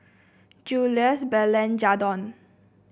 Julious Belen Jadon